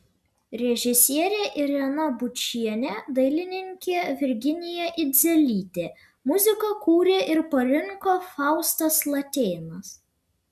režisierė irena bučienė dailininkė virginija idzelytė muziką kūrė ir parinko faustas latėnas